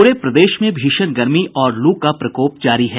पूरे प्रदेश में भीषण गर्मी और लू का प्रकोप जारी है